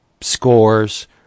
scores